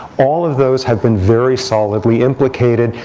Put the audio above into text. all of those have been very solidly implicated,